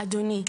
אדוני,